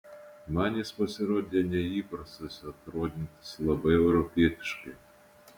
man jis pasirodė neįprastas atrodantis labai europietiškai